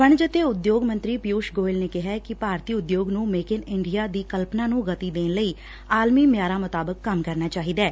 ਵਣਜ ਅਤੇ ਉਦਯੋਗ ਮੰਤਰੀ ਪਿਊਸ਼ ਗੋਇਲ ਨੇ ਕਿਹੈ ਕਿ ਭਾਰਤੀ ਉਦਯੋਗ ਨੂੰ ਮੇਕ ਇਨ ਇੰਡੀਆ ਦੀ ਕਲਪਨਾ ਨੂੰ ਗਤੀ ਦੇਣ ਲਈ ਆਲਮੀ ਮਿਆਰਾਂ ਮੁਤਾਬਿਕ ਕੰਮ ਕਰਨਾ ਚਾਹੀਦੈ